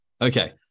Okay